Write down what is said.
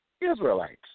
Israelites